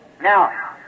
Now